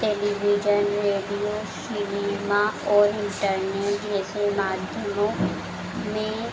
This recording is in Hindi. टेलीविजन रेडियो सिनेमा और इन्टरनेट जैसे माध्यमों में